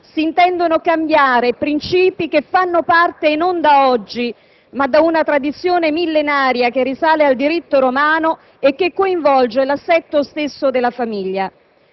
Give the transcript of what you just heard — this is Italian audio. si intendono cambiare i princìpi che fanno parte non da oggi, ma da una tradizione millenaria che risale al diritto romano e che coinvolge l'assetto stesso della famiglia.